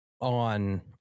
On